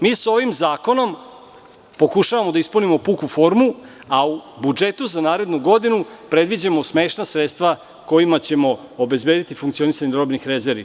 Mi sa ovim zakonom pokušavamo da ispunimo puku formu, a u budžetu za narednu godinu predviđamo smešna sredstva kojima ćemo obezbediti funkcionisanje robnih rezervi.